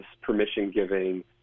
permission-giving